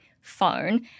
phone